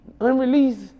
unreleased